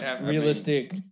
realistic